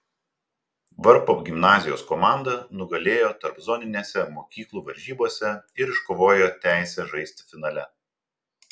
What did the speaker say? varpo gimnazijos komanda nugalėjo tarpzoninėse mokyklų varžybose ir iškovojo teisę žaisti finale